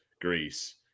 Greece